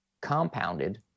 compounded